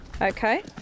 Okay